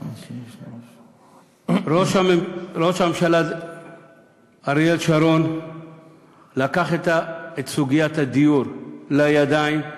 ראש הממשלה אריאל שרון לקח את סוגיית הדיור לידיים,